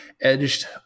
edged